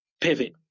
pivot